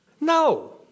No